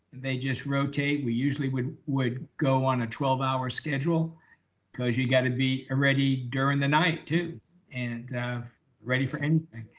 they just rotate. we usually would would go on a twelve hour schedule cause you gotta be ready during the night too and ready for anything.